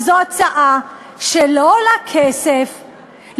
זו הצעה שלא עולה כסף,